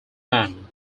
men